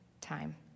time